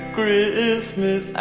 Christmas